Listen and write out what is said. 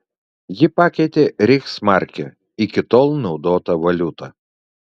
ji pakeitė reichsmarkę iki tol naudotą valiutą